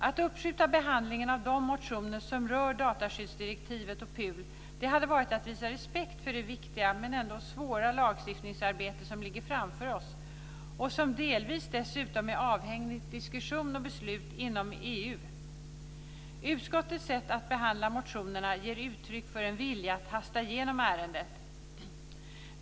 Att uppskjuta behandlingen av de motioner som rör dataskyddsdirektivet och PUL hade varit att visa respekt för det viktiga men ändå svåra lagstiftningsarbete som ligger framför oss och som delvis dessutom är avhängigt diskussion och beslut inom EU. Utskottets sätt att behandla motionerna ger uttryck för en vilja att hasta igenom ärendet.